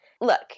look